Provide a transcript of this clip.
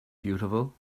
beautiful